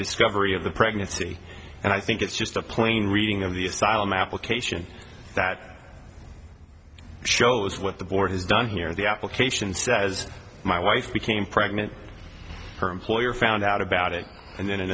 discovery of the pregnancy and i think it's just a plain reading of the asylum application that shows what the board has done here the application says my wife became pregnant her employer found out about it and then in